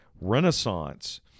renaissance